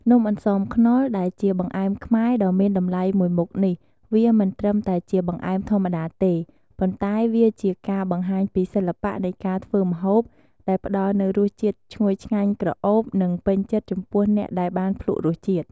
នំអន្សមខ្នុរ ដែលជាបង្អែមខ្មែរដ៏មានតម្លៃមួយមុខនេះ វាមិនត្រឹមតែជាបង្អែមធម្មតាទេ ប៉ុន្តែវាជាការបង្ហាញពីសិល្បៈនៃការធ្វើម្ហូប ដែលផ្តល់នូវរសជាតិឈ្ងុយឆ្ងាញ់ក្រអូប និងពេញចិត្តចំពោះអ្នកដែលបានភ្លក្សរសជាតិ។